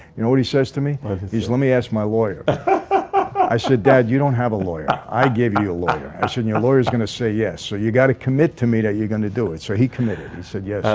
you know what he says to me these let me ask my lawyer i said dad you don't have a lawyer. i gave you a lawyer i said your lawyers gonna say yes, so you got to commit to me that you're going to do it so he committed he and said yes,